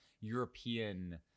European